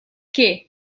che